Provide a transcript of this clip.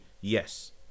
yes